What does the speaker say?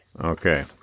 Okay